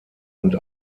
und